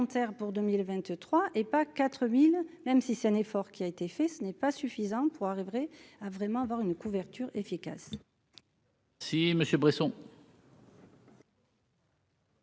pour 2023 et pas 4000 même si c'est un effort qui a été fait, ce n'est pas suffisant pour arriverait à vraiment avoir une couverture efficace. Si Monsieur Bresson.